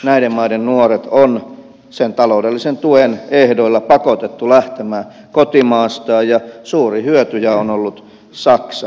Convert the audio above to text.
näiden maiden nuoret on sen taloudellisen tuen ehdoilla pakotettu lähtemään kotimaastaan ja suuri hyötyjä on ollut saksa